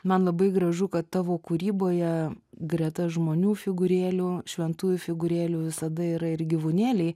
man labai gražu kad tavo kūryboje greta žmonių figūrėlių šventųjų figūrėlių visada yra ir gyvūnėliai